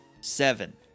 Seven